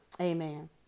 Amen